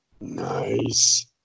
Nice